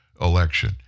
election